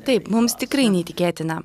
taip mums tikrai neįtikėtina